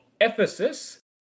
Ephesus